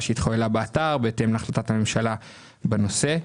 שהתחוללה באתר בהתאם להחלטת הממשלה בנושא,